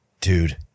dude